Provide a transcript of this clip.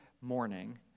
morning